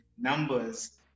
numbers